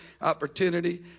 opportunity